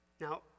Now